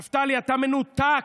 נפתלי, אתה מנותק.